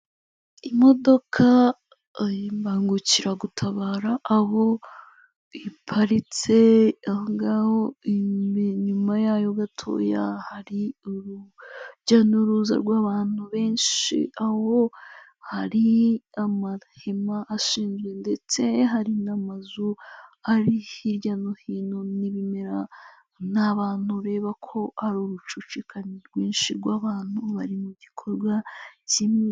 Imodoka imbangukiragutabara aho iparitse ahongaho inyuma yayo gatoya hari urujya n'uruza rw'abantu benshi, aho hari amahema ashinzwe ndetse hari n'amazu ari hirya no hino n'ibimera n'abantu ureba ko ari urucucikane rwinshi bw'abantu bari mu gikorwa kimwe.